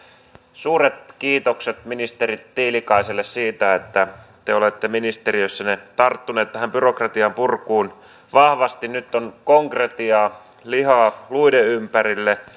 suuret kiitokset ministeri tiilikaiselle siitä että te olette ministeriössänne tarttunut tähän byrokratianpurkuun vahvasti nyt on konkretiaa lihaa luiden ympärille